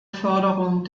förderung